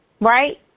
right